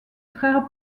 frères